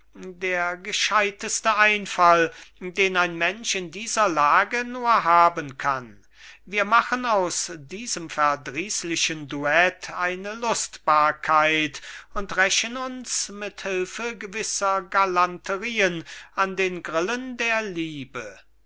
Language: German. der gescheidteste einfall den ein mensch in dieser lage nur haben kann wir machen aus diesem verdrießlichen duett eine lustbarkeit und rächen uns mit hilfe gewisser galanterieen an den grillen der liebe